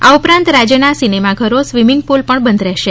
આ ઉપરાંત રાજયના સિનેમા ઘરો સ્વીમીંગ પુલ પણ બંધ રહેશે